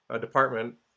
department